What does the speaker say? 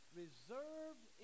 reserved